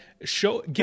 show